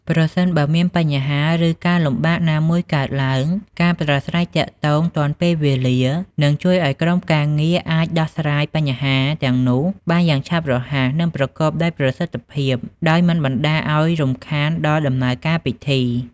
ប្រសិនបើមានបញ្ហា ឬការលំបាកណាមួយកើតឡើង ការប្រាស្រ័យទាក់ទងទាន់ពេលវេលា នឹងជួយឱ្យក្រុមការងារអាច ដោះស្រាយបញ្ហា ទាំងនោះបានយ៉ាងឆាប់រហ័ស និងប្រកបដោយប្រសិទ្ធភាព ដោយមិនបណ្ដោយឱ្យរំខានដល់ដំណើរការពិធី។